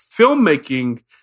filmmaking